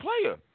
player